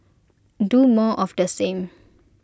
do more of the same